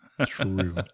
true